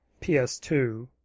PS2